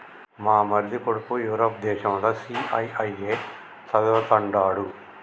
మా మరిది కొడుకు యూరప్ దేశంల సీఐఐఏ చదవతండాడు